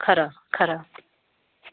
खरा खरा